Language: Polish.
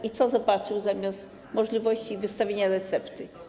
I co zobaczył zamiast możliwości wystawienia recepty?